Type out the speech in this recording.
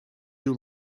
you